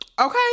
Okay